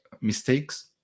mistakes